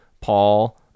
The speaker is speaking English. Paul